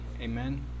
Amen